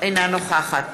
אינה נוכחת